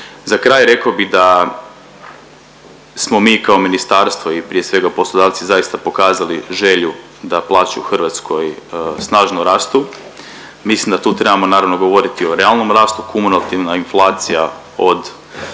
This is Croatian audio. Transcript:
Za kraj reko bi da smo mi kao ministarstvo i prije svega poslodavci zaista pokazali želju da plaće u Hrvatskoj snažno rasu, mislim da tu trebamo naravno govoriti o realnom rastu. Kumulativna inflacija od listopada